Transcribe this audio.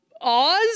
oz